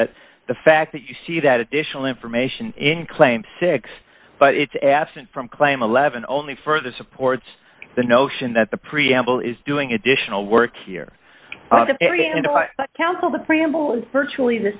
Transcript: that the fact that you see that additional information in claim six but it's absent from claim eleven only further supports the notion that the preamble is doing additional work here every day and council the preamble is virtually the